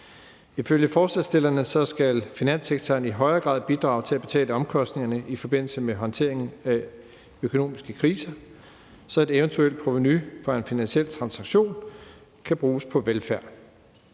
Ifølge forslagsstillerne skal finanssektoren i højere grad bidrage til at betale omkostningerne i forbindelse med håndteringen af økonomiske kriser, så et eventuelt provenu fra en finansiel transaktion kan bruges på velfærd.